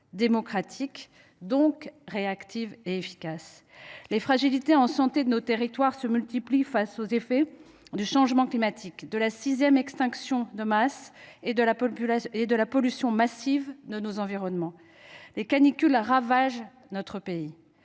démocratique, donc réactive et efficace. Les fragilités de nos territoires en matière de santé se multiplient notamment en raison des effets du changement climatique, de la sixième extinction de masse et de la pollution massive de nos environnements. Les canicules ravagent notre pays.